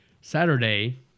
Saturday